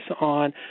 on